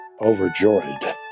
overjoyed